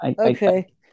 okay